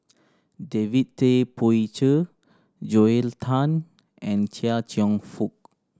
David Tay Poey Cher Joel Tan and Chia Cheong Fook